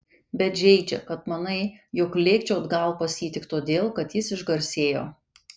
bet žeidžia kad manai jog lėkčiau atgal pas jį tik todėl kad jis išgarsėjo